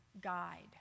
guide